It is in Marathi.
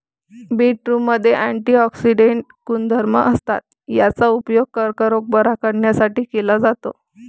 बीटरूटमध्ये अँटिऑक्सिडेंट गुणधर्म असतात, याचा उपयोग कर्करोग बरा करण्यासाठी केला जातो